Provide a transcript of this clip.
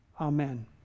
Amen